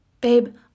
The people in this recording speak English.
babe